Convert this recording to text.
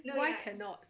no why cannot